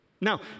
Now